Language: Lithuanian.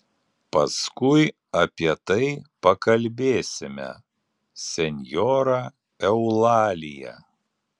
paskui apie tai pakalbėsime senjora eulalija